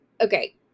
okay